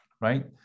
right